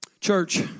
Church